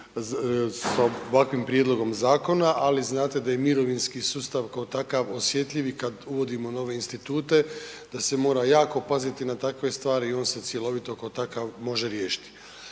s ovakvim prijedlogom zakona, ali znate da je mirovinski sustav kao takav osjetljivi kad uvodimo nove institute, da se mora jako paziti na takve stvari i on se cjelovito kao takav može riješiti.